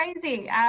crazy